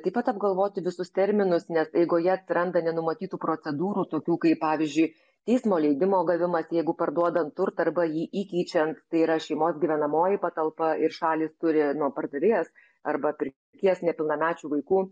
taip pat apgalvoti visus terminus nes eigoje atsiranda nenumatytų procedūrų tokių kaip pavyzdžiui teismo leidimo gavimas jeigu parduodant turtą arba jį įkeičiant tai yra šeimos gyvenamoji patalpa ir šalys turi nu pardavėjas arba pir ėjas nepilnamečių vaikų